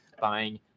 buying